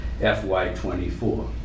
FY24